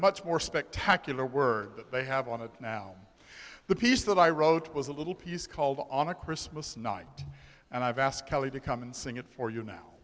much more spectacular word that they have on it now the piece that i wrote was a little piece called on a christmas night and i've asked kelly to come and sing it for